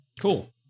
Cool